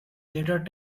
later